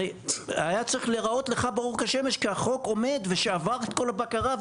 הרי היה צריך להיראות לך ברור כשמש כי החוק עומד ושעבר את כל הבקרה,